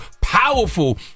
powerful